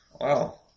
Wow